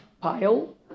pile